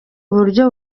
buryo